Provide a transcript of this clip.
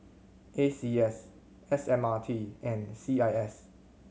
A C S S M R T and C I S